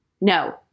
No